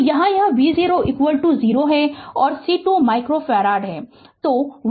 तो यहाँ यह v 0 0 है और c 2 माइक्रो फैराड है